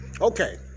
Okay